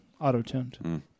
auto-tuned